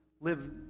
live